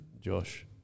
Josh